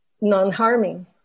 non-harming